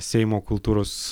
seimo kultūros